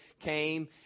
came